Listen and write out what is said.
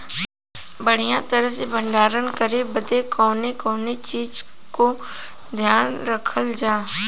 बढ़ियां तरह से भण्डारण करे बदे कवने कवने चीज़ को ध्यान रखल जा?